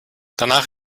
danach